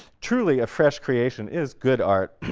truly a fresh creation is good art.